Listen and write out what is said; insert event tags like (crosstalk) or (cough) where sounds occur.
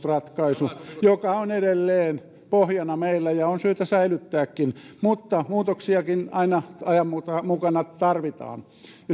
(unintelligible) ratkaisu joka on edelleen pohjana meillä ja on syytä säilyttääkin mutta muutoksiakin aina ajan mukana tarvitaan ja